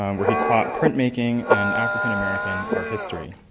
um where he taught printmaking and african-american art history.